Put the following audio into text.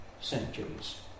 centuries